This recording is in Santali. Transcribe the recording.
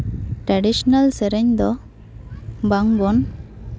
ᱴᱨᱟᱰᱤᱥᱳᱱᱟᱞ ᱥᱮᱨᱮᱧ ᱫᱚ ᱵᱟᱝ ᱵᱚᱱ